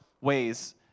ways